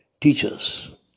teachers